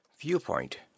Viewpoint